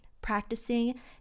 practicing